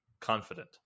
confident